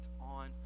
on